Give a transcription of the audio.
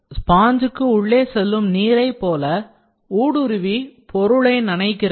ஸ்பாஞ்க்கு உள்ளே செல்லும் நீரை போல ஊடுருவி பொருளை நனைக்கிறது